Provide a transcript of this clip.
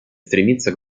стремиться